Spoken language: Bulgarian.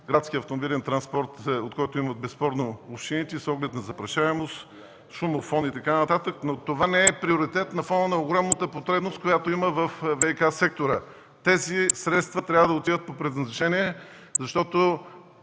градския автомобилен транспорт, от който безспорно имат нужда общините с оглед на запрашеност, шумов фон и така нататък, но това не е приоритет на фона на огромната потребност, която има във ВиК сектора. Тези средства трябва да отидат по предназначение, защото